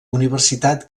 universitat